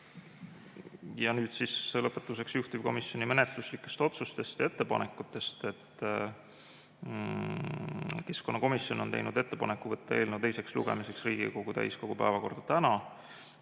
Nüüd lõpetuseks juhtivkomisjoni menetluslikest otsustest ja ettepanekutest. Keskkonnakomisjon on teinud ettepaneku võtta eelnõu teiseks lugemiseks Riigikogu täiskogu päevakorda tänaseks.